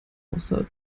außer